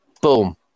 Boom